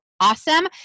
awesome